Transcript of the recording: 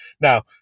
Now